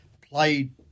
Played